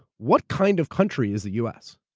what kind of country is the u. s?